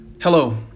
Hello